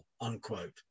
unquote